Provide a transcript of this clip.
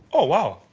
oh,